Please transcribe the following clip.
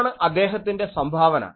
അതാണ് അദ്ദേഹത്തിൻ്റെ സംഭാവന